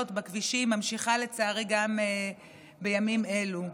בכבישים ממשיכה לצערי גם בימים אלו.